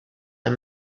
and